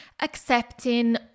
accepting